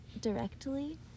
directly